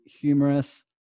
humorous